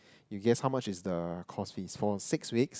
you guess how much is the course fees for six week